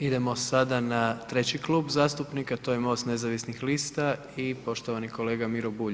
Idemo sada na treći Klub zastupnika to je MOST nezavisnih lista i poštovani kolega Miro Bulj.